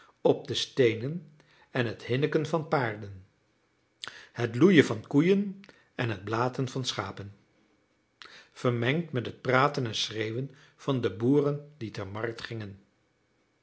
op de steenen en het hinniken van paarden het loeien van koeien en het blaten van schapen vermengd met het praten en schreeuwen van de boeren die ter markt gingen